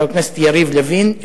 חבר הכנסת יריב לוין,